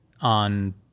on